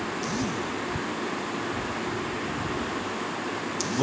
जल के बिना सृष्टि की कल्पना असम्भव ही है